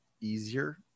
easier